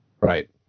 Right